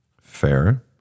Fair